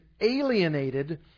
alienated